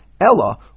Ella